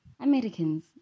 Americans